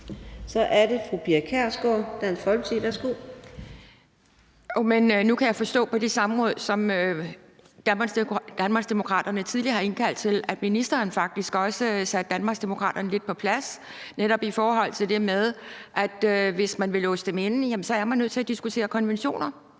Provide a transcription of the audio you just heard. Kl. 14:25 Pia Kjærsgaard (DF): Nu kan jeg forstå, at ministeren på det samråd, som Danmarksdemokraterne tidligere har indkaldt til, faktisk også satte Danmarksdemokraterne lidt på plads, netop i forhold til det med, at hvis man vil låse dem inde, er man nødt til at diskutere konventioner.